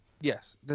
Yes